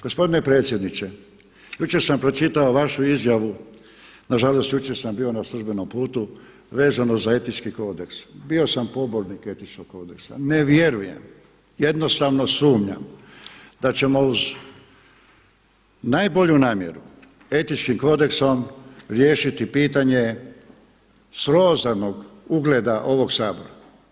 Gospodine predsjedniče, jučer sam pročitao vašu izjavu, nažalost jučer sam bio na službenom putu vezano za etički kodeks, bio sam pobornik etičkog kodeksa, ne vjerujem, jednostavno sumnjam da ćemo uz najbolju namjeru riješiti pitanje srozanog ugleda ovog Sabora.